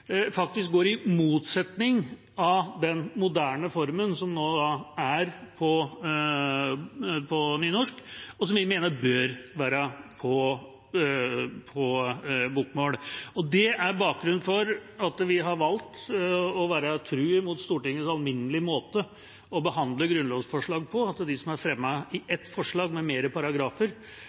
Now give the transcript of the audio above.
faktisk står i motsetning til den moderne formen som nå er på bokmål, og som vi mener bør være også på nynorsk. Det er bakgrunnen for at vi har valgt å være tro mot Stortingets alminnelige måte å behandle grunnlovsforslag på; der de er fremmet i ett forslag – med flere paragrafer